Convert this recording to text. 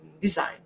design